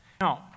now